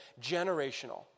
generational